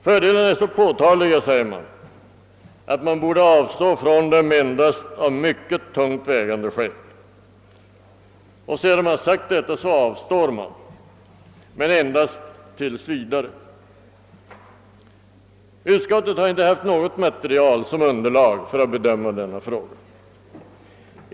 Fördelarna är så påtagliga, säger man, att man borde avstå från dem endast av mycket tungt vägande skäl. Sedan man sagt detta avstår man, men endast tills vidare. Utskottet har inte haft något material som underlag för att bedöma denna fråga.